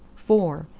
for,